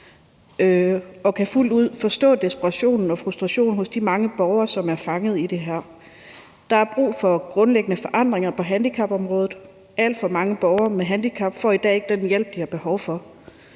vi kan fuldt ud forstå desperationen og frustrationen hos de mange borgere, som er fanget i det her. Der er brug for grundlæggende forandringer på handicapområdet. Alt for mange borgere med handicap får i dag ikke den hjælp, de har behov for.